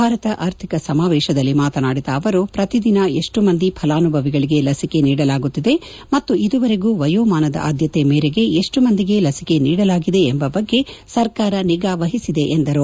ಭಾರತ ಆರ್ಥಿಕ ಸಮಾವೇಶದಲ್ಲಿ ಮಾತನಾಡಿದ ಅವರು ಪ್ರತಿದಿನ ಎಷ್ಟು ಮಂದಿ ಫಲಾನುಭವಿಗಳಿಗೆ ಲಸಿಕೆ ನೀಡಲಾಗುತ್ತಿದೆ ಮತ್ತು ಇದುವರೆಗೂ ವಯೋಮಾನದ ಆದ್ಯತೆ ಮೇರೆಗೆ ಎಷ್ಟು ಜನರಿಗೆ ಲಸಿಕೆ ನೀಡಲಾಗಿದೆ ಎಂಬ ಬಗ್ಗೆ ಸರ್ಕಾರ ನಿಗಾ ವಹಿಸಿದೆ ಎಂದರು